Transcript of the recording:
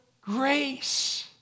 grace